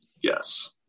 Yes